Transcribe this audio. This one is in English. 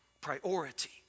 Priority